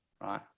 right